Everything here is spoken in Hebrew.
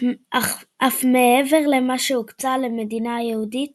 אף מעבר למה שהוקצה למדינה היהודית